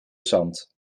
zand